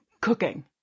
cooking